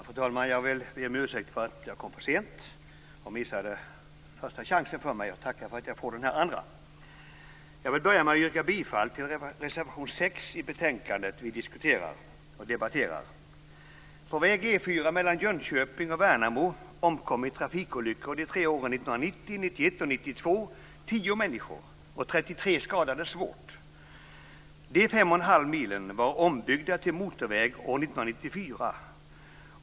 Fru talman! Jag vill börja med att yrka bifall till reservation 6 till det betänkande vi debatterar. tio människor och 33 skadades svårt. De fem och en halv milen var ombyggda till motorväg år 1994.